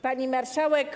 Pani Marszałek!